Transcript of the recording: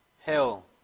hell